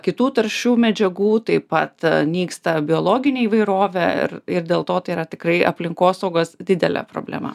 kitų taršių medžiagų taip pat nyksta biologinė įvairovė ir ir dėl to tai yra tikrai aplinkosaugos didelė problema